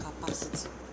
capacity